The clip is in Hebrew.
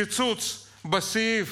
קיצוץ בסעיף